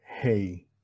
hey